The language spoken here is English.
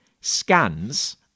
scans